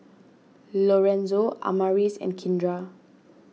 Lorenzo Amaris and Kindra